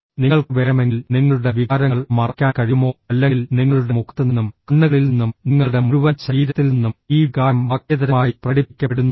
നിങ്ങൾക്ക് വേണമെങ്കിൽ നിങ്ങളുടെ വികാരങ്ങൾ മറയ്ക്കാൻ കഴിയുമോ അല്ലെങ്കിൽ നിങ്ങളുടെ മുഖത്ത് നിന്നും കണ്ണുകളിൽ നിന്നും നിങ്ങളുടെ മുഴുവൻ ശരീരത്തിൽ നിന്നും ഈ വികാരം വാക്കേതരമായി പ്രകടിപ്പിക്കപ്പെടുന്നുണ്ടോ